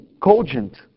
cogent